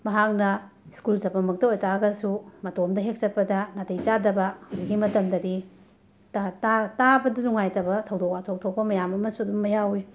ꯃꯍꯥꯛꯅ ꯁ꯭ꯀꯨꯜ ꯆꯠꯄꯃꯛꯇ ꯑꯣꯏ ꯇꯥꯔꯒꯁꯨ ꯃꯇꯣꯝꯗ ꯍꯦꯛ ꯆꯠꯄꯗ ꯅꯥꯇꯩ ꯆꯥꯗꯕ ꯍꯧꯖꯤꯛꯀꯤ ꯃꯇꯝꯗꯗꯤ ꯇ ꯇꯥ ꯇꯥꯕꯗ ꯅꯨꯡꯉꯥꯏꯇꯕ ꯊꯧꯗꯣꯛ ꯋꯥꯊꯣꯛ ꯊꯣꯛꯄ ꯃꯌꯥꯝ ꯑꯃꯁꯨ ꯑꯗꯨꯝ ꯃꯌꯥꯎꯏ